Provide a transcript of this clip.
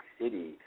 City